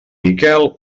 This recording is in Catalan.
miquel